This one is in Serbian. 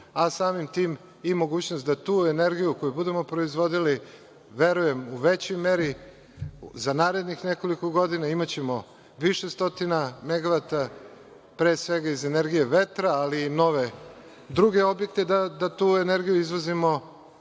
a samim tim i mogućnost da tu energiju koju budemo proizvodili, verujem u većoj meri, za narednih nekoliko godina imaćemo više stotina megavata, pre svega iz energije vetra, ali i nove druge objekte da tu energiju izvozimo